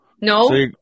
No